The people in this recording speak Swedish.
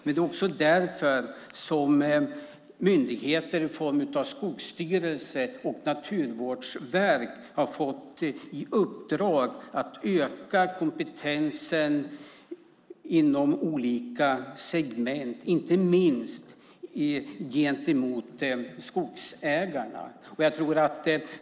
Det är också därför myndigheter i form av skogsstyrelse och naturvårdsverk har fått i uppdrag att öka kompetensen inom olika segment, inte minst hos skogsägarna.